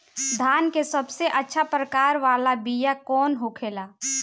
धान के सबसे अच्छा प्रकार वाला बीया कौन होखेला?